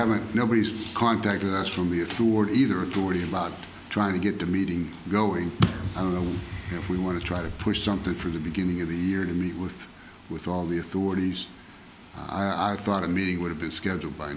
haven't nobody's contacted us from the authority either authority about trying to get the meeting going i don't know if we want to try to push something from the beginning of the year to meet with with all the authorities i thought a meeting would be scheduled by